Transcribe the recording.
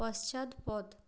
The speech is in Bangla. পশ্চাৎপদ